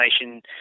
information